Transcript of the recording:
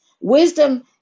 Wisdom